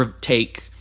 take